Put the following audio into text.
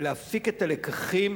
ולהפיק את הלקחים.